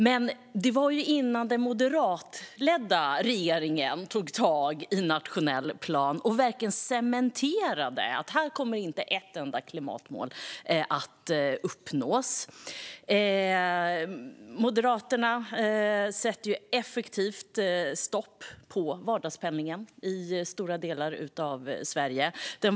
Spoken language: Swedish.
Detta var dock innan den moderatledda regeringen tog tag i nationell plan och verkligen cementerade att inte ett enda klimatmål uppnås. Moderaterna sätter effektivt stopp för vardagspendlingen i stora delar av Sverige.